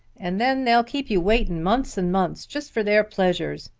and then they'll keep you waiting months and months, just for their pleasures.